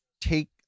take